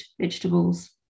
vegetables